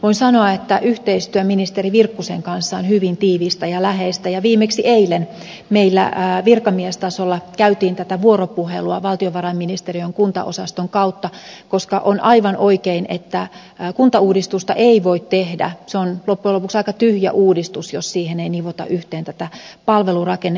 voin sanoa että yhteistyö ministeri virkkusen kanssa on hyvin tiivistä ja läheistä ja viimeksi eilen meillä virkamiestasolla käytiin tätä vuoropuhelua valtiovarainministeriön kuntaosaston kautta koska on aivan oikein että kuntauudistusta ei voi tehdä se on loppujen lopuksi aika tyhjä uudistus jos siihen ei nivota yhteen tätä palvelurakenneuudistusta